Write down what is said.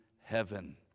heaven